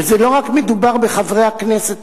ולא מדובר רק בחברי הכנסת